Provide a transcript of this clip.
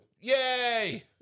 yay